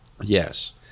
yes